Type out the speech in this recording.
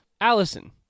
Allison